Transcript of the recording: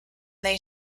they